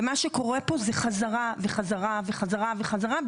ומה שקורה פה זה חזרה וחזרה וחזרה וחזרה,